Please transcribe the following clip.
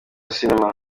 sinema